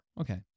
okay